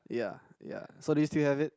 ya ya so do you still have it